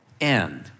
end